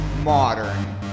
modern